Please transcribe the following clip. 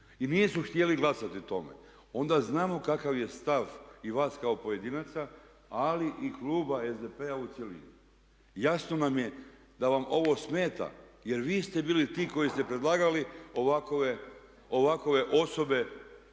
i nisu htjeli glasati o tome. Onda znamo kakav je stav i vas kao pojedinaca ali i kluba SDP-a u cjelini. Jasno nam je da vam ovo smeta jer vi ste bili ti koji ste predlagali ovakve osobe,